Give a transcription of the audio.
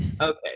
Okay